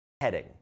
heading